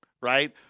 right